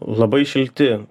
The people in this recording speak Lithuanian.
labai šilti